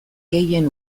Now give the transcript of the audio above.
gehien